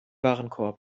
warenkorb